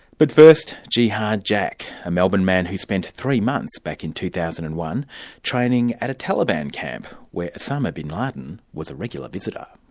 but first, jihad jack, a melbourne man who spent three months back in two thousand and one training at a taliban camp, where osama bin laden was a regular visitor.